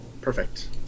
perfect